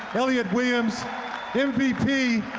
elliot williams mvp